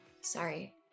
Sorry